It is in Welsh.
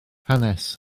hanes